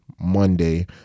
monday